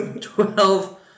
Twelve